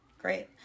Great